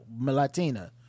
Latina